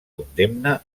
condemna